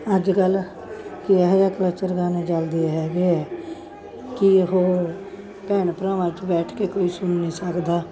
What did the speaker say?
ਅੱਜ ਕੱਲ੍ਹ ਲੱਚਰ ਗਾਣੇ ਚੱਲਦੇ ਹੈਗੇ ਆ ਕਿ ਉਹ ਭੈਣ ਭਰਾਵਾਂ 'ਚ ਬੈਠ ਕੇ ਕੋਈ ਸੁਣ ਨਹੀਂ ਸਕਦਾ